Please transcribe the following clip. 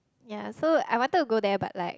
ya so I wanted to go there but like